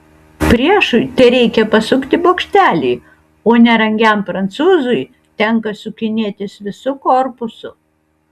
priešui tereikia pasukti bokštelį o nerangiam prancūzui tenka sukinėtis visu korpusu